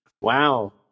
wow